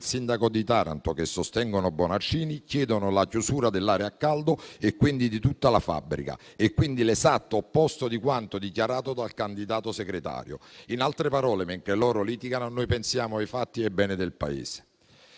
sindaco di Taranto che sostengono Bonaccini chiedono la chiusura dell'area a caldo e, quindi, di tutta la fabbrica: dunque l'esatto opposto di quanto dichiarato dal candidato segretario. In altre parole, mentre loro litigano, noi pensiamo ai fatti e al bene del Paese.